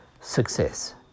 success